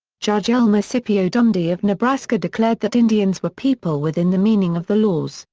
judge elmer scipio dundy of nebraska declared that indians were people within the meaning of the laws,